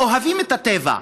הם אוהבים את הטבע.